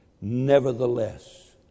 Nevertheless